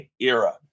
era